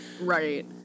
Right